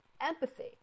empathy